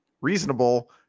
reasonable